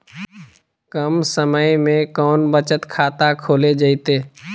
कम समय में कौन बचत खाता खोले जयते?